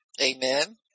Amen